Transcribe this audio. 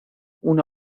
una